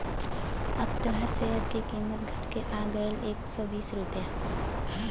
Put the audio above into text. अब तोहार सेअर की कीमत घट के आ गएल एक सौ बीस रुपइया